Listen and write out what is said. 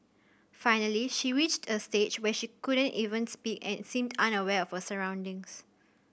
finally she reached a stage when she could not even speak and seemed unaware for surroundings